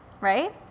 right